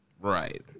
Right